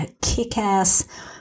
kick-ass